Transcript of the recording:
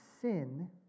sin